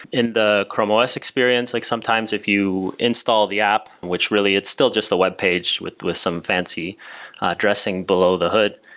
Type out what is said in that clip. in the chrome os experience, like sometimes if you install the app which really it's still just a webpage with with some fancy dressing below the hood,